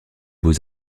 beaux